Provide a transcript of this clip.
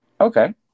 Okay